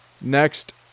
Next